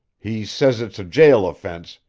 he says it's a jail offense,